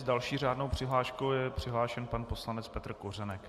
S další řádnou přihláškou je přihlášen pan poslanec Petr Kořenek.